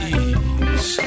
ease